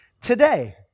today